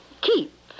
keep